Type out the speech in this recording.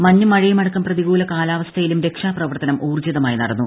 മഞ്ഞും മഴയുമടക്കം പ്രതികൂല കാലാവസ്ഥയിലും രക്ഷാപ്രവർത്തനം ഊർജിതമായി നടന്നു